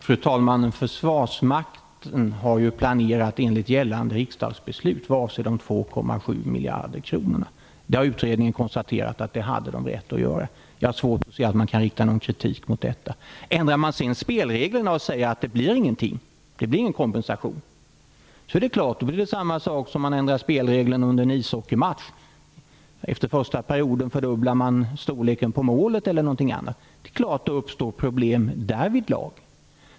Fru talman! Försvarsmakten har ju planerat enligt gällande riksdagsbeslut vad avser de 2,7 miljarderna. Utredningen har konstaterat att man hade rätt att göra det. Jag har svårt att se att det kan riktas någon kritik mot detta. Om man ändrar spelreglerna och säger att det inte blir någon kompensation, är det samma sak som om man ändrar spelreglerna under en ishockeymatch. Om man t.ex. efter första perioden fördubblar storleken på målet är det klart att det uppstår problem.